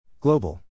Global